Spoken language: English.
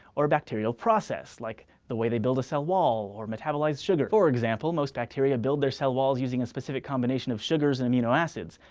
or a bacterial process, like the way they build a cell wall or metabolise sugar. for example most bacteria build their cell wall using a specific combination of sugars and amino acids,